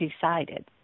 decided